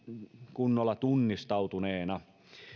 kunnolla tunnistautuneena